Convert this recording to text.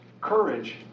courage